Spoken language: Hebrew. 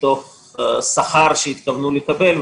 --- מתוך שכר שהתכוונו לקבל.